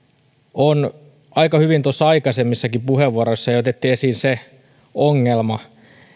on aika hyvin aikaisemmissakin puheenvuoroissa jo otettu esiin se ongelma